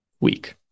week